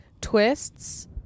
twists